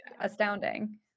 astounding